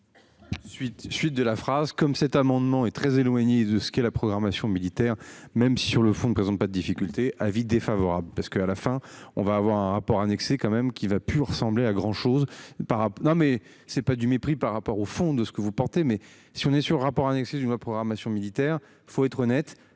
suite de la phrase comme cet amendement est très éloigné de ce qu'est la programmation militaire même si sur le fond ne présente pas de difficultés, avis défavorable, parce que à la fin on va avoir un rapport annexé quand même qui va plus ressembler à grand chose par non mais c'est pas du mépris par rapport au fond de ce que vous portez. Mais si on est sûr rapport annexé une programmation militaire. Il faut être honnête,